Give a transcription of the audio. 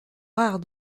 rares